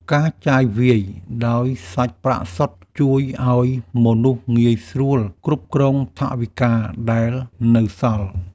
ការចាយវាយដោយសាច់ប្រាក់សុទ្ធ ជួយឱ្យមនុស្សងាយស្រួលគ្រប់គ្រងថវិកាដែលនៅសល់។